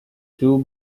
two